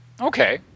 Okay